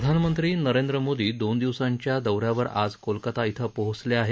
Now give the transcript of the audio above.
प्रधानमंत्री नरेंद्र मोदी दोन दिवसांच्या दौ यावर आज कोलकाता श्वें पोचले आहेत